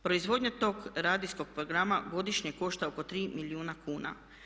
Proizvodnja tog radijskog programa godišnje košta oko 3 milijuna kuna.